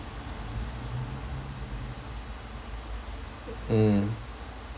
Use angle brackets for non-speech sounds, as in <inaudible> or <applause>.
<noise> mm